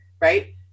Right